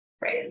right